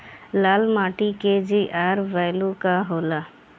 लाल माटी के जीआर बैलू का होला?